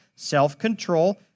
self-control